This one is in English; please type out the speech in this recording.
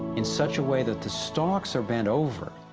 in such a way, that the stocks are bend over,